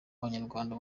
abanyarwanda